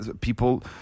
People